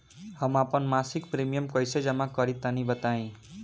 हम आपन मसिक प्रिमियम कइसे जमा करि तनि बताईं?